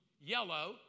yellow